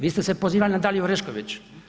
Vi ste se pozivali na Daliju Orešković.